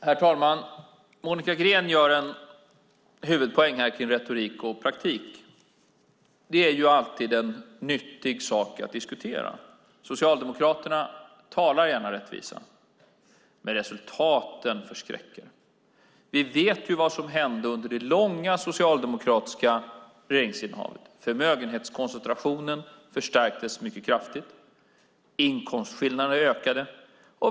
Herr talman! Monica Green gör en huvudpoäng av retorik och praktik. Det är alltid en nyttig sak att diskutera. Socialdemokraterna talar gärna rättvisa, men resultaten förskräcker. Vi vet vad som hände under det långa socialdemokratiska regeringsinnehavet. Förmögenhetskoncentrationen förstärktes kraftigt, och inkomstskillnaderna ökade.